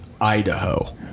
idaho